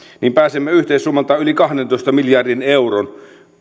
niin pääsemme yhteissummaltaan yli kahdentoista miljardin euron